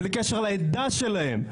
בלי קשר לעדה שלהם,